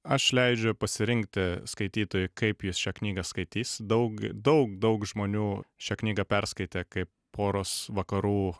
aš leidžiu pasirinkti skaitytojui kaip jis šią knygą skaitys daug daug daug žmonių šią knygą perskaitė kaip poros vakarų